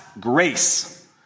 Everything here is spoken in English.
grace